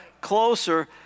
closer